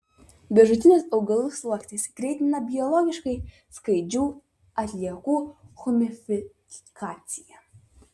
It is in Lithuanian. viršutinis augalų sluoksnis greitina biologiškai skaidžių atliekų humifikaciją